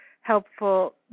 helpful